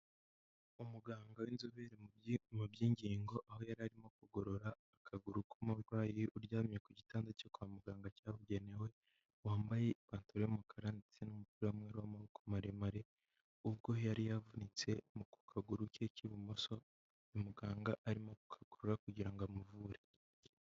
Umuganga w'inzobere mu by'ingingo aho yari arimo kugorora akaguru k'umurwayi uryamye ku gitanda cyo kwa muganga cyabugenewe, wambaye ipantaro y'umukara ndetse n'umupira w'amaboko maremare, ubwo yari yavunitse mu kaguru ke k'ibumoso, muganga arimo ku gakurura kugira ngo amuvure.